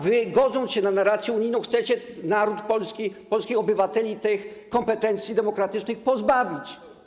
Wy natomiast, godząc się na narrację unijną, chcecie naród polski, polskich obywateli, tych kompetencji demokratycznych pozbawić.